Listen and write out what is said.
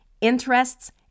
interests